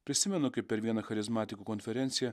prisimenu kaip per vieną charizmatikų konferenciją